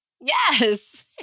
yes